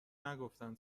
نگفتن